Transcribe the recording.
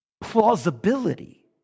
plausibility